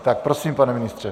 Tak prosím, pane ministře.